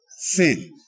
sin